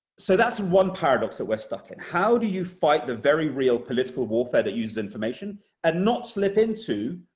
so that's one paradox that we're stuck in. how do you fight the very real political warfare that uses information and not slip into